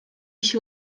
się